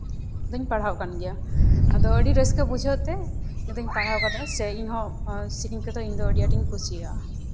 ᱟᱫᱚᱧ ᱯᱟᱲᱦᱟᱣ ᱠᱟᱱ ᱜᱮᱭᱟᱟᱫᱚ ᱟᱹᱰᱤ ᱨᱟᱹᱥᱠᱟᱹ ᱵᱩᱡᱷᱟᱹᱜ ᱛᱮ ᱚᱱᱟ ᱫᱚᱧ ᱯᱟᱲᱦᱟᱣ ᱠᱟᱱᱟ ᱥᱮ ᱤᱧᱫᱚ ᱥᱮᱨᱮᱧ ᱠᱚᱫᱚ ᱟᱹᱰᱤ ᱟᱸᱴᱤᱧ ᱠᱩᱥᱤᱭᱟᱜᱼᱟ